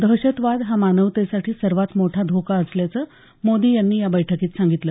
दहशतवाद हा मानवतेसाठी सर्वात मोठा धोका असल्याचं मोदी यांनी या बैठकीत सांगितलं